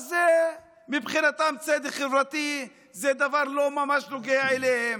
אז מבחינתם צדק חברתי זה דבר שלא ממש נוגע אליהם.